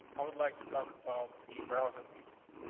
i would like to talk about the browser prefixes.